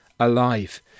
alive